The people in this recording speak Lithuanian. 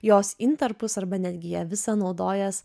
jos intarpus arba netgi ją visą naudojęs